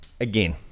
again